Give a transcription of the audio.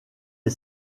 est